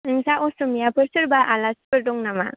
नोंसा असमियाफोर सोरबा आलासिफोर दं नामा